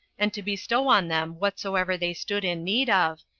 and to bestow on them whatsoever they stood in need of,